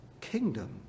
kingdom